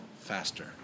faster